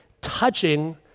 touching